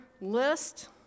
list